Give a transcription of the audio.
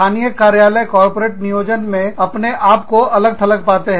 स्थानीय कार्यालय कॉरपोरेट नियोजन मे अपने आप को अलग थलग पाते हैं